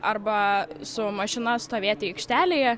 arba su mašina stovėti aikštelėje